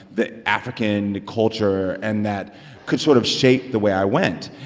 the african culture and that could sort of shape the way i went.